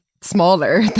smaller